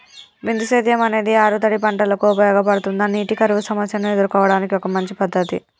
బిందు సేద్యం అనేది ఆరుతడి పంటలకు ఉపయోగపడుతుందా నీటి కరువు సమస్యను ఎదుర్కోవడానికి ఒక మంచి పద్ధతి?